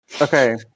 Okay